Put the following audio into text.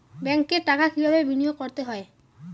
ব্যাংকে টাকা কিভাবে বিনোয়োগ করতে হয়?